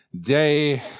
Day